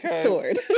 sword